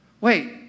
Wait